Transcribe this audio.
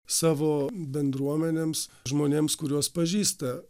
savo bendruomenėms žmonėms kuriuos pažįsta